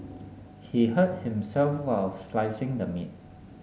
he hurt himself while slicing the meat